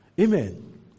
Amen